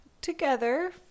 together